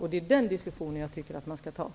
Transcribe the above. Det är den diskussionen jag tycker att man skall föra.